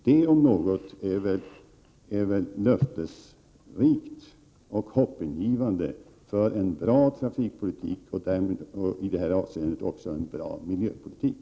Det om något är väl löftesrikt och hoppingivande för en bra trafikpolitik och därmed i detta avseende också en bra miljöpolitik.